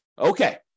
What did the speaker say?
Okay